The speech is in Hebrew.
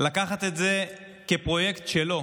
לקחת את זה כפרויקט שלו.